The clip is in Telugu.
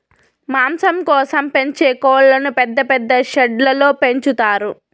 మాంసం కోసం పెంచే కోళ్ళను పెద్ద పెద్ద షెడ్లలో పెంచుతారు